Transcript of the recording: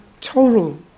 total